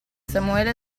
samuele